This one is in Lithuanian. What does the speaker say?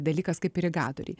dalykas kaip irigatoriai